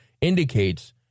indicates